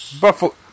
Buffalo